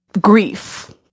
grief